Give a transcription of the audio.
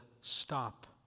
stop